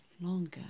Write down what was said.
longer